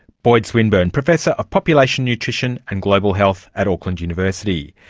boyd swinburn, professor of population nutrition and global health at auckland university.